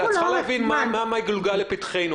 אבל את צריכה מה מגולגל לפתחנו.